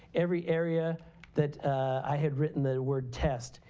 every area that i had written the word test.